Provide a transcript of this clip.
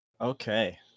Okay